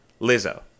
Lizzo